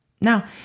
Now